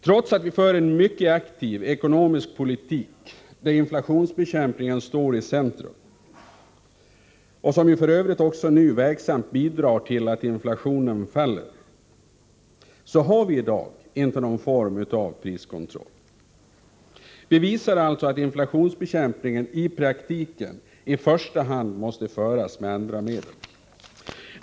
Trots att vi för en mycket aktiv ekonomisk politik, där inflationsbekämpningen står i centrum och som också nu verksamt bidrar till att inflationen minskar, har vi i dag inte någon form av priskontroll. Det visar alltså att inflationsbekämpningen i praktiken i första hand måste föras med andra medel.